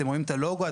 אתם רואים את הלוגו,